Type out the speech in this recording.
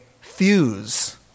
fuse